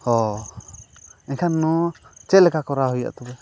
ᱚ ᱮᱱᱠᱷᱟᱱ ᱱᱚᱣᱟ ᱪᱮᱫ ᱞᱮᱠᱟ ᱠᱚᱨᱟᱣ ᱦᱩᱭᱩᱜᱼᱟ ᱛᱚᱵᱮ